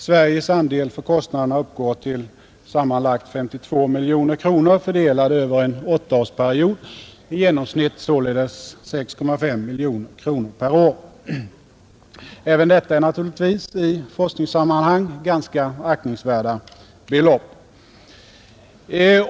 Sveriges andel av kostnaderna uppgår till sammanlagt 52 miljoner kronor fördelade över en åttaårsperiod, i genomsnitt således 6,5 miljoner per år. Även detta är naturligtvis i forskningssammanhang ganska aktningsvärda belopp.